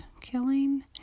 killing